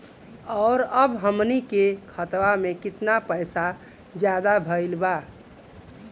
और अब हमनी के खतावा में कितना पैसा ज्यादा भईल बा?